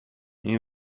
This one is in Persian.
این